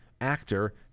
actor